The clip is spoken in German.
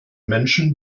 menschen